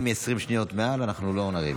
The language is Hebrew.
אם זה יהיה 20 שניות מעל אנחנו לא נריב,